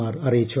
R അറിയിച്ചു